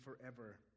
forever